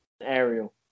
Ariel